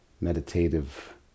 meditative